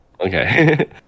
okay